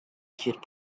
cute